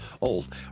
old